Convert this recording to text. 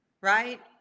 right